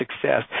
success